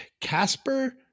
Casper